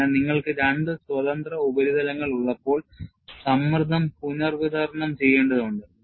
അതിനാൽ നിങ്ങൾക്ക് രണ്ട് സ്വതന്ത്ര ഉപരിതലങ്ങൾ ഉള്ളപ്പോൾ സമ്മർദ്ദം പുനർവിതരണം ചെയ്യേണ്ടതുണ്ട്